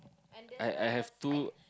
I I have two